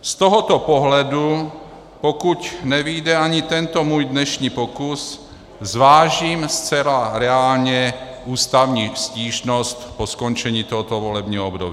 Z tohoto pohledu, pokud nevyjde ani tento můj dnešní pokus, zvážím zcela reálně ústavní stížnost po skončení tohoto volebního období.